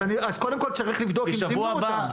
אז קודם כל, צריך לבדוק את זימנו אותם.